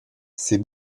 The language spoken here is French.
c’est